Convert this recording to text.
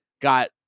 Got